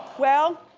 well